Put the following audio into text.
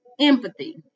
empathy